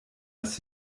das